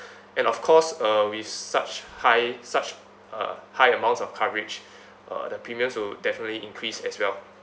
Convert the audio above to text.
and of course uh with such high such uh high amounts of coverage uh the premiums will definitely increase as well